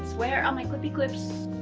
where are my clippy clips?